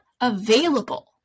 available